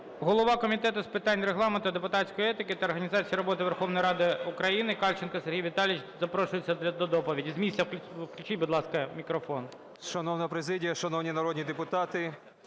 Голова Комітету з питань Регламенту, депутатської етики та організації роботи Верховної Ради України Кальченко Сергій Віталійович запрошується до доповіді. З місця включіть, будь ласка, мікрофон. 14:39:33 КАЛЬЧЕНКО С.В. Шановна президія, шановні народні депутати!